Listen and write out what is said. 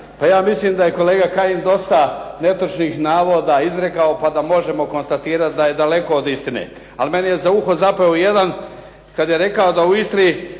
Pa ja mislim da je kolega Kajin dosta netočnih navoda izrekao, pa da možemo konstatirati da je daleko od istine. Ali meni je za uho zapeo jedan kad je rekao da u Istri